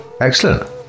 excellent